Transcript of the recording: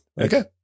Okay